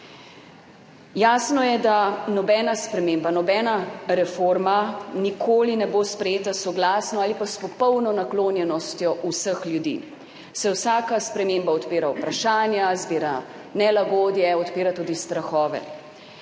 Jasno je, da nobena sprememba, nobena reforma nikoli ne bo sprejeta soglasno ali pa s popolno naklonjenostjo vseh ljudi, saj vsaka sprememba odpira vprašanja, zbira nelagodje, odpira tudi strahove